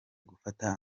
gufata